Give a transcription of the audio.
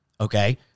Okay